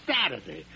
Saturday